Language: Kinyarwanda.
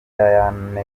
diane